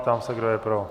Ptám se, kdo je pro.